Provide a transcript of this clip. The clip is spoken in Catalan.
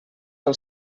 pel